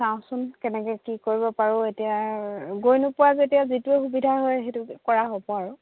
চাওঁচোন কেনেকৈ কি কৰিব পাৰোঁ এতিয়া গৈ নোপোৱা যেতিয়া যিটোৱে সুবিধা হয় সেইটোকে কৰা হ'ব আৰু